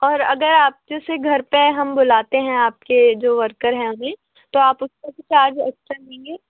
और अगर आप जैसे घर पर हम बुलाते हैं आपके जो वर्कर हैं उन्हें तो आप उसका भी चार्ज एक्सट्रा लेंगे